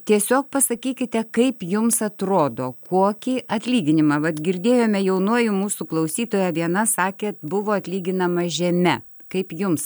tiesiog pasakykite kaip jums atrodo kuokį atlyginimą vat girdėjome jaunuoji mūsų klausytoja viena sakė buvo atlyginama žeme kaip jums